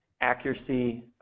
accuracy